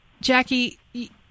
Jackie